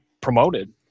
promoted